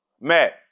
Matt